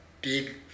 big